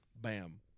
bam